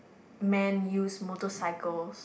man use motorcycles